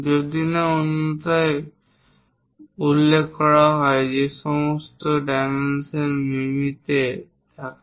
যদি না অন্যথায় উল্লেখ করা হয় যে সমস্ত ডাইমেনশন মিমিতে থাকে